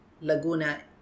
Laguna